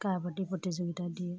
কাবাদী প্ৰতিযোগিতা দিয়ে